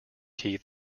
key